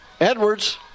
Edwards